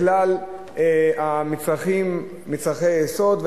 בכלל המצרכים, מצרכי היסוד.